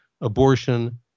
abortion